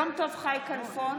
יום טוב חי כלפון,